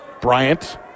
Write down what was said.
Bryant